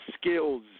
Skills